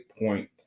point